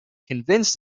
convinced